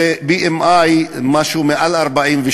זה BMI, משהו מעל 43,